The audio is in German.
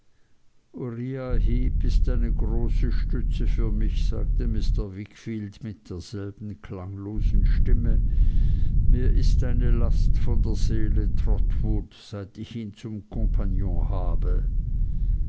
ist eine große stütze für mich sagte mr wickfield mit derselben klanglosen stimme mir ist eine last von der seele trotwood seit ich ihn zum kompagnon habe